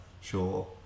Sure